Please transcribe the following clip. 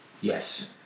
Yes